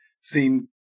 seem